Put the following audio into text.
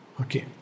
Okay